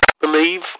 believe